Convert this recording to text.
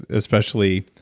especially